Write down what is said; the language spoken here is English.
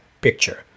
picture